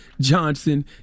Johnson